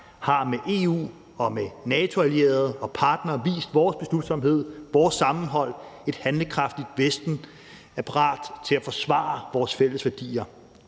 har med EU, NATO-allierede og partnere vist vores beslutsomhed og vores sammenhold. Et handlekraftigt Vesten er parat til at forsvare vores fælles værdier.